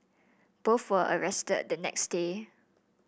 both were arrested the next day